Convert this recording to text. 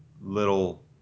little